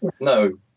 no